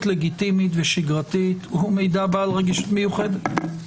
לגיטימית ושגרתית הוא מידע בעל רגישות מיוחדת.